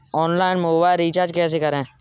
Online mobile recharge कैसे करें?